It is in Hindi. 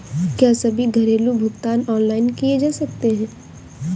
क्या सभी घरेलू भुगतान ऑनलाइन किए जा सकते हैं?